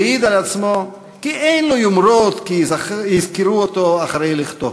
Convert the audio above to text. והעיד על עצמו כי אין לו יומרות שיזכרו אותו אחרי לכתו.